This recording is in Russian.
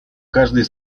каждой